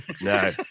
No